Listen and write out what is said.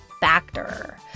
Factor